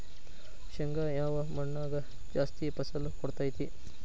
ಶೇಂಗಾ ಯಾವ ಮಣ್ಣಾಗ ಜಾಸ್ತಿ ಫಸಲು ಕೊಡುತೈತಿ?